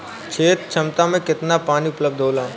क्षेत्र क्षमता में केतना पानी उपलब्ध होला?